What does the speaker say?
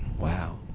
Wow